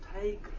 take